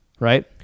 right